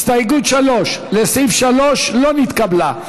הסתייגות 3, לסעיף 3, לא נתקבלה.